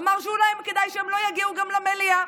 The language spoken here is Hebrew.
אמר שאולי כדאי שהם לא יגיעו גם למליאה.